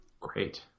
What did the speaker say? great